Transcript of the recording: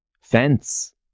fence